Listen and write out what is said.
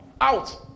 Out